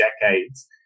decades